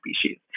species